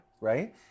right